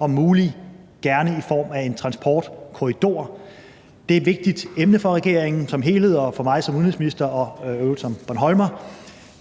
om muligt gerne i form af en transportkorridor. Det er et vigtigt emne for regeringen som helhed og for mig som udenrigsminister, og i øvrigt som bornholmer, og